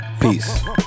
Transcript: Peace